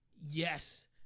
yes